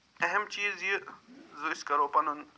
اہم چیٖز یہِ زٕ أسۍ کَرو پنُن